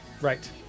right